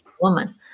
woman